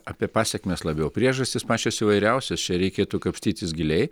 apie pasekmes labiau priežastys pačios įvairiausios čia reikėtų kapstytis giliai